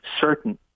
certain